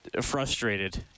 frustrated